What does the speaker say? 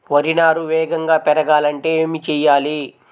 వరి నారు వేగంగా పెరగాలంటే ఏమి చెయ్యాలి?